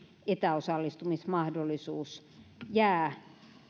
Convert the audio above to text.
etäosallistumismahdollisuus jää